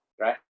right